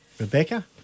Rebecca